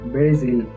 Brazil